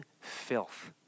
filth